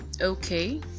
okay